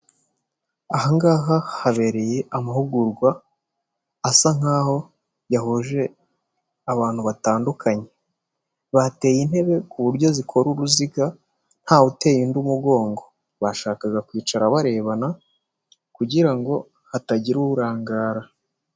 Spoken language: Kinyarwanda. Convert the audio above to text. Aha ngaha habereye amahugurwa asa nkaho yahuje abantu batandukanye, bateye intebe ku buryo zikora uruziga nta wuteye undi umugongo, bashakaga kwicara barebana kugirango hatagira urangara.